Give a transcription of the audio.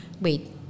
wait